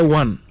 one